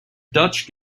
dutch